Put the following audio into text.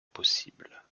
possible